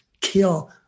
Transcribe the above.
kill